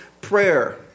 prayer